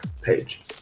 page